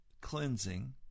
cleansing